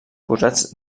posats